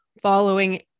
following